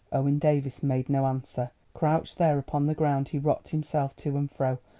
owen davies made no answer. crouched there upon the ground he rocked himself to and fro,